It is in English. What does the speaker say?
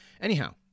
anyhow